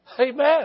Amen